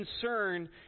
concern